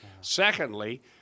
Secondly